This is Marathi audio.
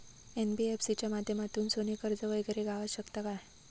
एन.बी.एफ.सी च्या माध्यमातून सोने कर्ज वगैरे गावात शकता काय?